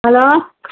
hello